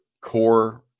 core